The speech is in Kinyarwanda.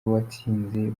watsinze